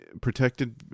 protected